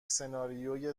سناریوی